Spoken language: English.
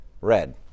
Red